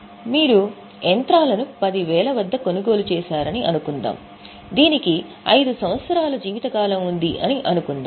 మీరు యంత్రాలను రూ 10000 వద్ద కొనుగోలు చేశారని అనుకుందాం దీనికి 5 సంవత్సరాల జీవిత కాలం ఉంది అని అనుకుందాం